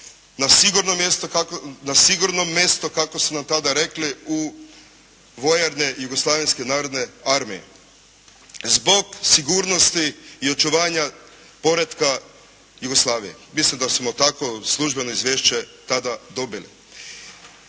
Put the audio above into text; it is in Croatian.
na sigurno mjesto kako su nam tada rekli u vojarne Jugoslavenske narodne armije zbog sigurnosti i očuvanja poretka Jugoslavije. Mislim da smo takvo službeno izvješće tada dobili.